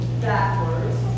backwards